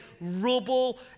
rubble